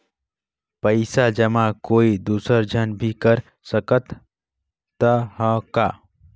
पइसा जमा कोई दुसर झन भी कर सकत त ह का?